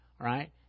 right